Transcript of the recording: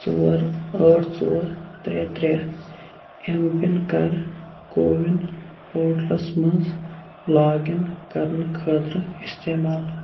ژور ٲٹھ ژور ترٛےٚ ترٛےٚ ایم پِن کَر کَووِن پورٹلس مَنٛز لاگ اِن کَرنہٕ خٲطرٕ اِستعمال